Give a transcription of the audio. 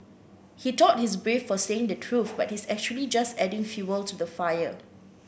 he thought he's brave for saying the truth but he's actually just adding fuel to the fire